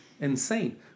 insane